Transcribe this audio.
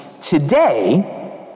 Today